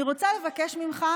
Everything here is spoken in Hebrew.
אני רוצה לבקש ממך,